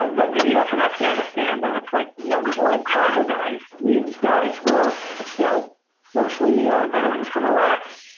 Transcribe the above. ah the videos from afghanistan where it's like yeah these old tribal guys. these guys were you know mostly ah veterans from iraq,